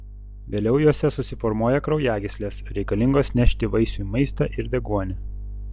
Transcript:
vėliau juose susiformuoja kraujagyslės reikalingos nešti vaisiui maistą ir deguonį